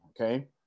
Okay